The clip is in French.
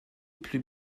plus